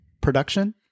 production